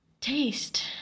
taste